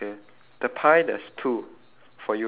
mine is just shine lip gloss right yours is